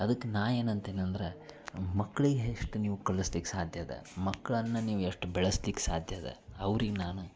ಅದಕ್ಕೆ ನಾ ಏನು ಅಂತೇನೆ ಅಂದ್ರೆ ಮಕ್ಳಿಗೆ ಎಷ್ಟು ನೀವು ಕಲಿಸ್ಲಿಕ್ಕೆ ಸಾಧ್ಯದ ಮಕ್ಳನ್ನು ನೀವು ಎಷ್ಟು ಬೆಳೆಸ್ಲಿಕ್ಕೆ ಸಾಧ್ಯದ ಅವ್ರಿಗೆ ನಾನು